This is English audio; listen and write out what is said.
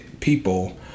people